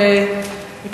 הצעות לסדר-היום שמספרן 4148,